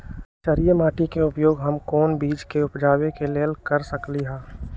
क्षारिये माटी के उपयोग हम कोन बीज के उपजाबे के लेल कर सकली ह?